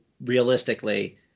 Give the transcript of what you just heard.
realistically